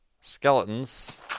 skeletons